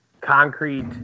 concrete